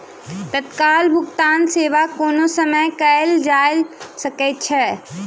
तत्काल भुगतान सेवा कोनो समय कयल जा सकै छै